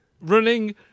Running